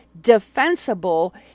defensible